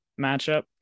matchup